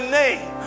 name